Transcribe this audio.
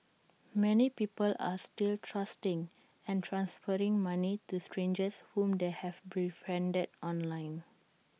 many people are still trusting and transferring money to strangers whom they have befriended online